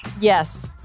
Yes